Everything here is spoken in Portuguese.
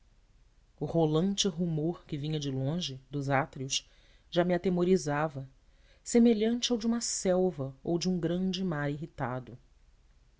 o rolante rumor que vinha de longe dos átrios já me atemorizava semelhante ao de uma selva ou de um grande mar irritado